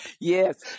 yes